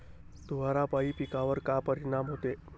धुवारापाई पिकावर का परीनाम होते?